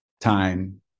time